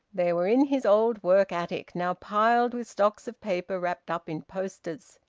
they were in his old work attic, now piled with stocks of paper wrapped up in posters.